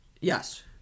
Yes